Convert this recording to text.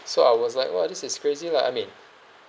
so I was like !wah! this is crazy lah I mean